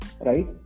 Right